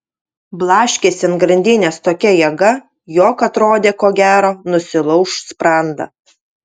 blaškėsi ant grandinės tokia jėga jog atrodė ko gero nusilauš sprandą